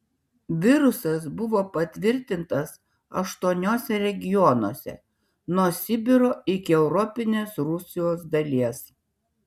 virusas buvo patvirtintas aštuoniuose regionuose nuo sibiro iki europinės rusijos dalies